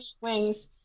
wings